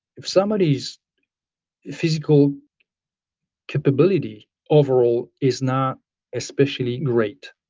if somebody's physical capability overall is not especially great,